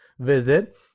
Visit